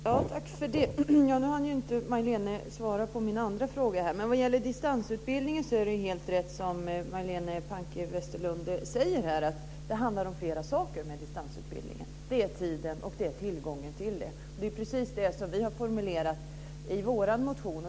Herr talman! Nu hann Majléne Westerlund Panke inte svara på mina andra frågor. Det Majléne Westerlund Panke säger om distansutbildningen är helt rätt, dvs. att den handlar om fler saker. Det gäller tiden och tillgången. Det är precis det vi har formulerat i vår motion.